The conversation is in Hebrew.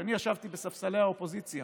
כשאני ישבתי בספסלי האופוזיציה,